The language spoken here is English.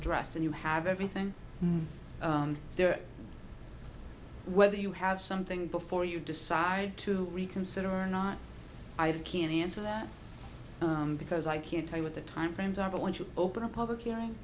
addressed and you have everything there whether you have something before you decide to reconsider or not i can't answer that because i can't tell you what the time frames are but when you open a public hearing